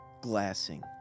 glassing